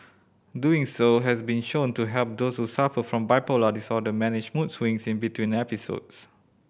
doing so has been shown to help those who suffer from bipolar disorder manage mood swings in between episodes